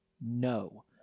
No